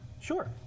Sure